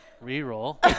re-roll